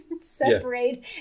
separate